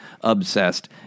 obsessed